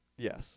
Yes